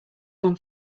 one